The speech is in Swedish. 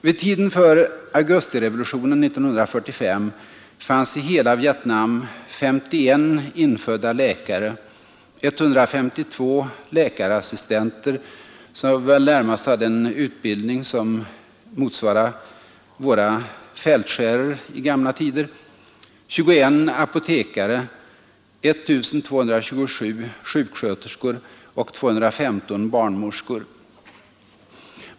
Vid tiden för augustirevolutionen 1945 fanns i hela Vietnam 51 infödda läkare, 152 läkarassistenter, som väl närmast hade en utbildning motsvarande våra fältskärers i gamla tider, 21 apotekare, I 227 sjuksköterskor och 215 barnmorskor.